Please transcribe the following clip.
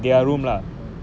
rooms ah